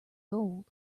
gold